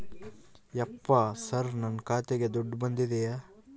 ಯಪ್ಪ ಸರ್ ನನ್ನ ಖಾತೆಗೆ ದುಡ್ಡು ಬಂದಿದೆಯ?